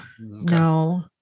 no